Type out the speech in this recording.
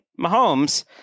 Mahomes